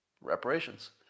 Reparations